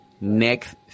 next